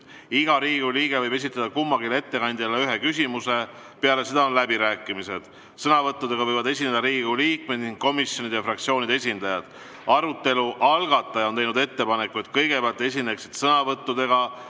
Iga Riigikogu liige võib esitada kummalegi ettekandjale ühe küsimuse. Peale seda on läbirääkimised. Sõnavõttudega võivad esineda Riigikogu liikmed ning komisjonide ja fraktsioonide esindajad. Arutelu algataja on teinud ettepaneku, et kõigepealt esineksid sõnavõttudega